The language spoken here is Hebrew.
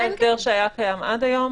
זה ההסדר שהיה קיים עד היום.